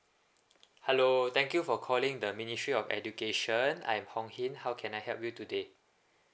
hello thank you for calling the ministry of education I'm hong hin how can I help you today